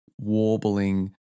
warbling